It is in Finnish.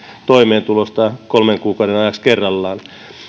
toimeentulosta kolmen kuukauden ajaksi kerrallaan